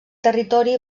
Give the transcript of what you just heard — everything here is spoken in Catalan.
territori